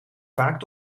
vaak